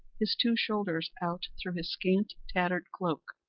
his two shoulders out through his scant, tattered cloak,